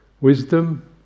Wisdom